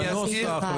בנוסח ,